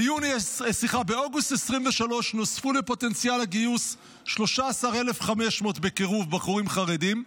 באוגוסט 2023 נוספו לפוטנציאל הגיוס 13,500 בקירוב בחורים חרדים,